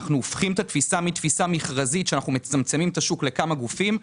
אנחנו הופכים את התפיסה מתפיסה מכרזית של כמה גופים,